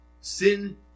Sin